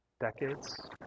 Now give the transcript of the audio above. decades